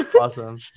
Awesome